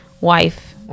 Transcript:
wife